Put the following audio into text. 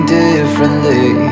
differently